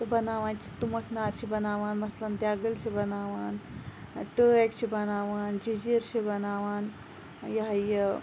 تہٕ بَناوان چھِ تُمبَکھ نارِ چھِ بَناوان مَثلن دیٚگِل چھِ بَناوان ٹٲکۍ چھِ بَناوان جٔجیٖر چھِ بَناوان یِہے یہِ